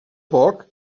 poc